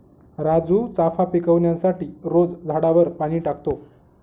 राजू चाफा पिकवण्यासाठी रोज झाडावर पाणी टाकतो